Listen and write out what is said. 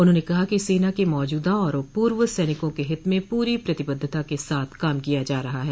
उन्होंने कहा कि सेना के मौजूदा और पूर्व सैनिकों के हित में पूरी प्रतिबद्वता के साथ काम किया जा रहा है